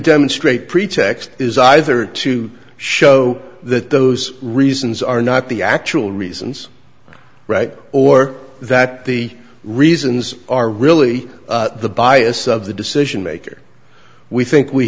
demonstrate pretext is either to show that those reasons are not the actual reasons right or that the reasons are really the bias of the decision maker we think we